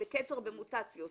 זה קֶצֶר, זה מוטציות.